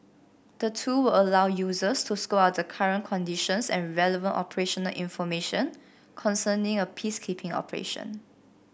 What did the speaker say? the tool will allow users to scope out the current conditions and relevant operational information concerning a peacekeeping operation